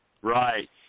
Right